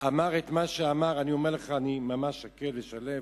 אמר את מה שאמר, אני אומר לך, אני ממש שקט ושלו